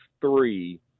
three –